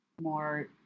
more